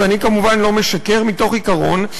ואני כמובן לא משקר מתוך עיקרון,